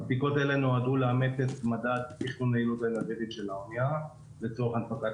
הבדיקות האלה לאמץ את מדד היעילות האנרגטית של האנייה לצורך הנפקת